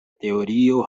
teorio